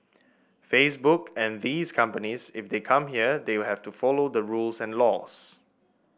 facebook and these companies if they come here they have to follow the rules and laws